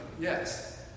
yes